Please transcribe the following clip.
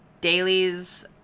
Dailies